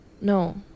No